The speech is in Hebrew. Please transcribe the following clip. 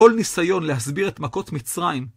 כל ניסיון להסביר את מכות מצרים.